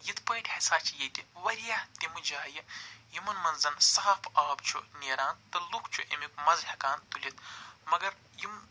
یِتھ پٲٹھۍ ہسا چھِ ییٚتہِ وارِیاہ تِم جایہِ یِمن منٛز زن صاف آب چھُ نیران تہٕ لُکھ چھِ ایمُک مزٕ ہٮ۪کان تُلِتھ مگر یِم